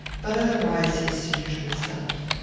but otherwise his usual self.